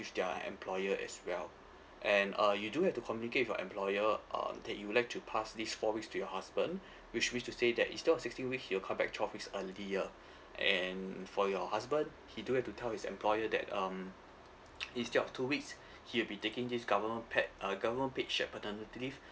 with their employer as well and uh you do have to communicate with your employer um that you would like to pass these four weeks to your husband which means to say that instead of sixteen week he'll come back twelve weeks earlier and for your husband he do have to tell his employer that um instead of two weeks he'll be taking this government paid uh government paid shared paternity leave